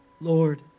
Lord